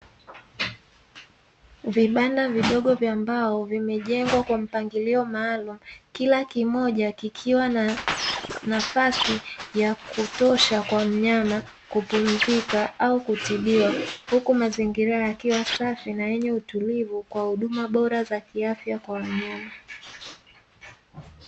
Vibanda vidogo vya mbao, vimejengwa kwa mpangilio maalumu, kila kimoja kikiwa na nafasi ya kutosha kwa mnyama kupumzika au kutibiwa, huku mazingira yakiwa safi na yenye utulivu kwa huduma bora za kiafya kwa wanyama.